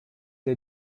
der